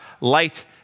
light